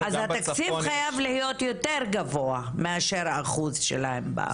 התקציב חייב להיות יותר גבוהה מאשר אחוז שלהם באוכלוסייה.